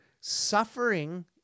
suffering